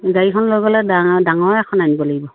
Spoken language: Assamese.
গাড়ীখন লৈ গ'লে ডাঙৰ এখন আনিব লাগিব